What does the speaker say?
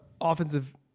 offensive